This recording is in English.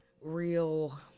real